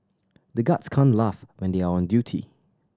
the guards can't laugh when they are on duty